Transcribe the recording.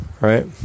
right